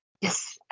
Yes